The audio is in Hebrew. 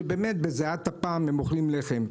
שבזיעת אפם אוכלים לחם.